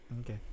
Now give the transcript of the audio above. Okay